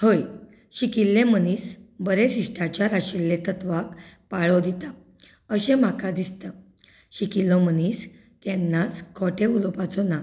हय शिकिल्ले मनीस बरे शिश्टाचार आशिल्ले तत्वाक पाळो दिता अशें म्हाका दिसता शिकिल्लो मनीस केन्नाच खोटें उलोवपाचो ना